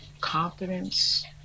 confidence